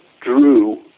drew